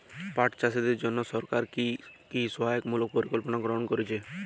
পাট চাষীদের জন্য সরকার কি কি সহায়তামূলক পরিকল্পনা গ্রহণ করেছে?